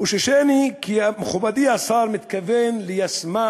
חוששני כי מכובדי השר מתכוון ליישמה